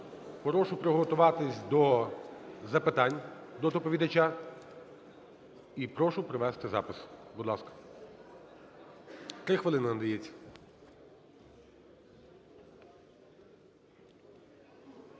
Прошу приготуватись до запитань до доповідача. І прошу провести запис. Будь ласка. Три хвилини